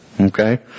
Okay